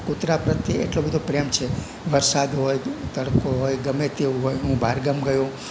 આ કુતરા પ્રત્યે એટલો બધો પ્રેમ છે વરસાદ હોય તડકો હોય ગમે તેવું હોય હું બહાર ગામ ગયો